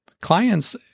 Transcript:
clients –